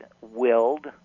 willed